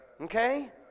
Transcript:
Okay